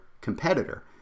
competitor